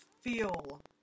feel